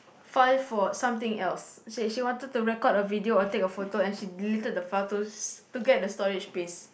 file for something else she she wanted to record a video or take a photo and she deleted the file to to get the storage space